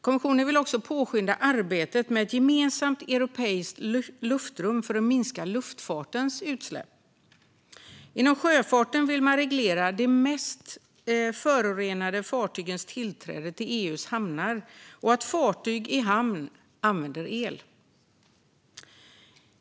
Kommissionen vill också påskynda arbetet med ett gemensamt europeiskt luftrum för att minska luftfartens utsläpp. Inom sjöfarten vill man reglera de mest förorenande fartygens tillträde till EU:s hamnar och att fartyg i hamn ska använda el.